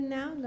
now